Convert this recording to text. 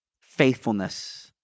Faithfulness